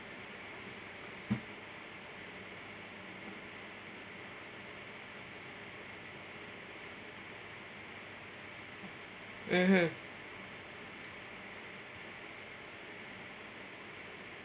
mmhmm